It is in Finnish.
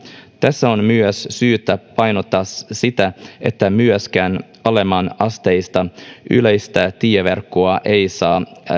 tässä on myös syytä painottaa sitä että myöskään alemmanasteista yleistä tieverkkoa ei saa